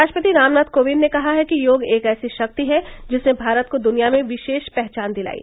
राष्ट्रपति रामनाथ कोविंद ने कहा है कि योग एक ऐसी शक्ति है जिसने भारत को दुनिया में विशेष पहचान दिलायी